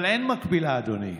אבל אין מקבילה, אדוני.